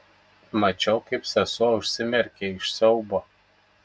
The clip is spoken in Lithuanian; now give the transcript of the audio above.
mačiau kaip sesuo užsimerkia iš siaubo